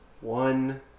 One